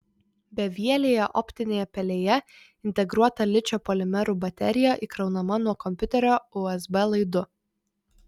bevielėje optinėje pelėje integruota ličio polimerų baterija įkraunama nuo kompiuterio usb laidu